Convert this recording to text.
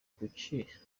kuki